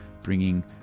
bringing